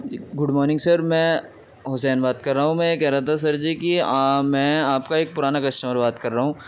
good morning sir میں حسین بات کر رہا ہوں میں یہ کہہ رہا تھا سر جی کہ میں آپ کا ایک پرانا کسٹمر بات کر رہا ہوں